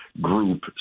group